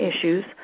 issues